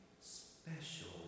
special